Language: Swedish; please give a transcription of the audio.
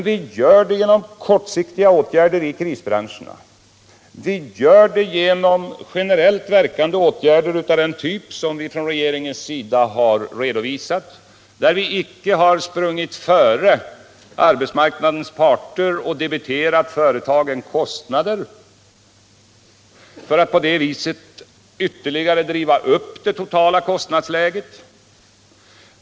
Vi gör det genom kortsiktiga åtgärder i krisbranscherna. Vi gör det genom generellt verkande åtgärder av den typ som vi från regeringens sida har redovisat, och där har vi icke sprungit före arbetsmarknadens parter och debiterat företagen kostnader för att på det viset ytterligare driva upp det totala kostnadsläget.